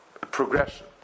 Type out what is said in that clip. progression